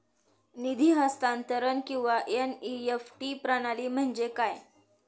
निधी हस्तांतरण किंवा एन.ई.एफ.टी प्रणाली म्हणजे काय?